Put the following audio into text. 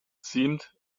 seemed